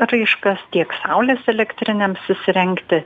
paraiškas tiek saulės elektrinėms įsirengti